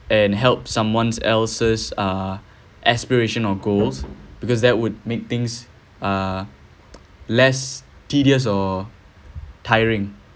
and help someone's else's uh aspiration or goals because that would make things uh less tedious or tiring